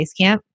Basecamp